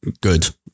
good